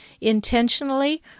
intentionally